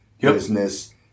business